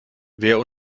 wer